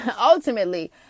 ultimately